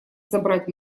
забрать